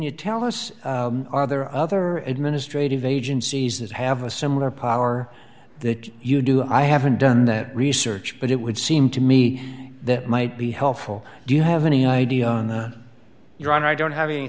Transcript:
you tell us are there other administratively agencies that have a similar power that you do i haven't done that research but it would seem to me that might be helpful do you have any idea on the your honor i don't have any